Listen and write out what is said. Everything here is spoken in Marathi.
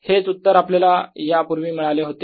हेच उत्तर आपल्याला यापूर्वी मिळाले होते